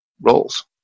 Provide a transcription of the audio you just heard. roles